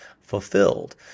fulfilled